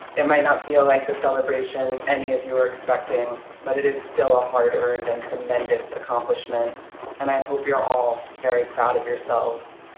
it might not feel like the celebration any of you were expecting, but it is still a hard earned and tremendous accomplishment and i hope you're all very proud of yourselves.